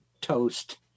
toast